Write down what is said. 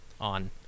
on